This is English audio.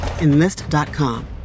Enlist.com